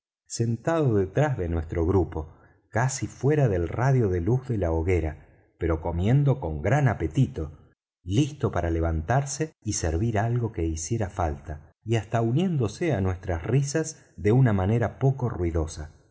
sentado detrás de nuestro grupo casi fuera del radio de luz de la hoguera pero comiendo con gran apetito listo para levantarse y servir algo que hiciera falta y hasta uniéndose á nuestras risas de una manera poco ruidosa